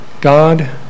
God